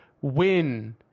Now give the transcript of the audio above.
win